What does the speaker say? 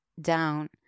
down